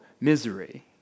misery